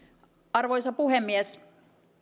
arvoisa puhemies